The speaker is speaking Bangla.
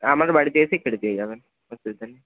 আমাদের বাড়িতে এসেই কেটে দিয়ে যাবেন অসুবিধা নেই